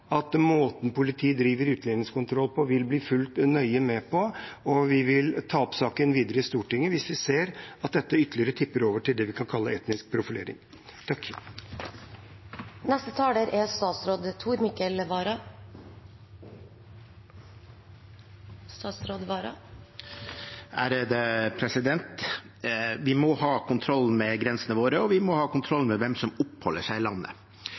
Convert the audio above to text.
at måten politiet driver utlendingskontroll på, vil bli fulgt nøye med på. Og vi vil ta opp saken videre i Stortinget hvis vi ser at dette ytterligere tipper over til det en kan kalle etnisk profilering. Vi må ha kontroll med grensene våre, og vi må ha kontroll med hvem som oppholder seg i landet.